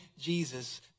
Jesus